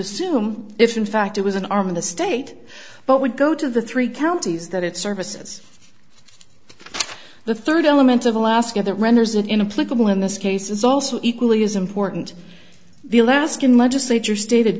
assume if in fact it was an arm of the state but would go to the three counties that it services the third element of alaska that renders it in a political in this case is also equally as important the alaskan legislature